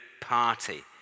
party